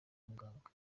muganga